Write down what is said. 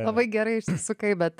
labai gerai išsisukai bet